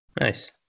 Nice